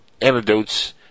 anecdotes